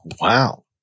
Wow